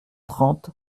trente